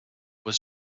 was